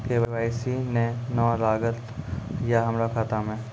KYC ने न लागल या हमरा खाता मैं?